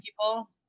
people